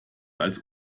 als